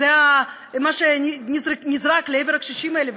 זה מה שנזרק לעבר הקשישים האלה.